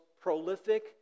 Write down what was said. prolific